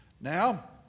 Now